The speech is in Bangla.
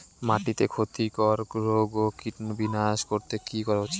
মাটিতে ক্ষতি কর রোগ ও কীট বিনাশ করতে কি করা উচিৎ?